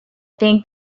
think